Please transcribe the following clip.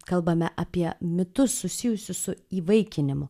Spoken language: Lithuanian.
kalbame apie mitus susijusius su įvaikinimu